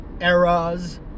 eras